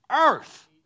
Earth